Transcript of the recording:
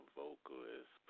vocalist